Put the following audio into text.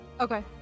Okay